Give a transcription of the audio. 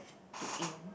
took in